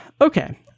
okay